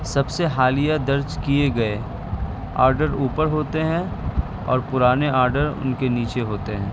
سب سے حالیہ درج کیے گئے آرڈر اوپر ہوتے ہیں اور پرانے آرڈر ان کے نیچے ہوتے ہیں